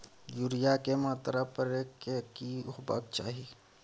Urea के मात्रा परै के की होबाक चाही?